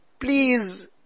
please